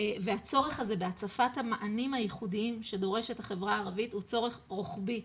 והצורך הזה בהצפת המענים הייחודיים שדורשת החברה הערבית הוא צורך רוחבי,